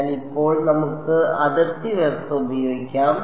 അതിനാൽ ഇപ്പോൾ നമുക്ക് അതിർത്തി വ്യവസ്ഥ ഉപയോഗിക്കാം